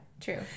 true